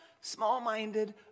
small-minded